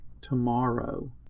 tomorrow